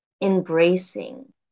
embracing